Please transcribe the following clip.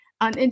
on